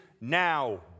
now